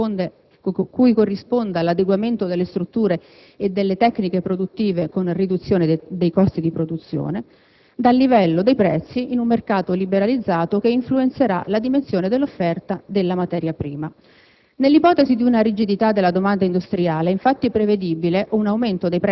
dalla capacità degli investimenti di raggiungere livelli di efficienza più elevati, cui corrisponda l'adeguamento delle strutture e delle tecniche produttive con riduzione dei costi di produzione; in secondo luogo, dal livello dei prezzi in un mercato liberalizzato che influenzerà la dimensione dell'offerta della materia prima: